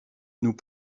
nous